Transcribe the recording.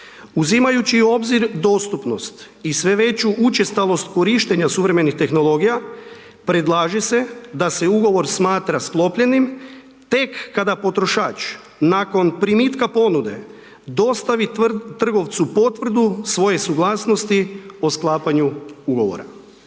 Uzimajući u obzir dostupnost i sve veću učestalost korištenja suvremenih tehnologija predlaže se da se ugovor smatra sklopljenim tek kada potrošač nakon primitka ponude dostavi trgovcu potvrdu svoje suglasnosti o sklapanju ugovora.